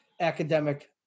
academic